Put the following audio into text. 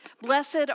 Blessed